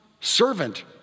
servant